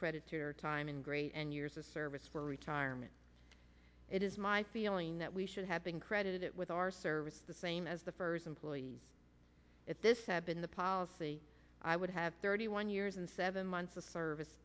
credits her time in grade and years of service for retirement it is my feeling that we should have been credited with our service the same as the first employee if this had been the policy i would have thirty one years and seven months of service